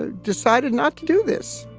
ah decided not to do this